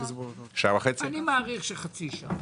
אני מעריך שחצי שעה.